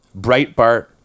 Breitbart